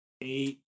eight